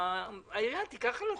שהעירייה תיקח על עצמה.